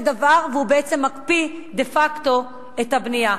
דבר והוא בעצם מקפיא דה-פקטו את הבנייה.